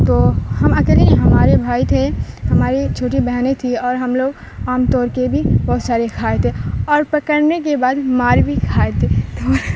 تو ہم اکیلے ہمارے بھائی تھے ہماری چھوٹی بہنیں تھی اور ہم لوگ آم توڑ کے بھی بہت سارے کھائے تھے اور پکڑنے کے بعد مار بھی کھائے تھے تو